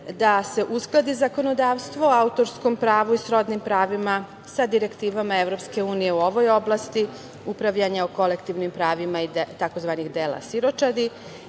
da uskladi zakonodavstvo o autorskom pravo i srodnim pravima sa direktivama EU u ovoj oblasti, upravljanje o kolektivnim pravima i tzv. dela siročadi,